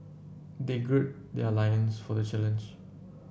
they gird their loins for the challenge